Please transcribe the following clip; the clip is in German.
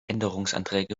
änderungsanträge